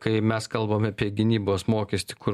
kai mes kalbam apie gynybos mokestį kur